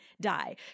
die